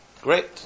Great